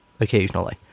occasionally